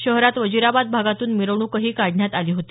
शहरात वजीराबाद भागातून मिरवणूकही काढण्यात आली होती